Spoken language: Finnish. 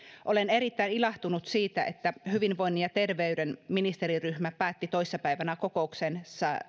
olen erittäin ilahtunut siitä että hyvinvoinnin ja terveyden ministeriryhmä päätti toissa päivänä kokouksessaan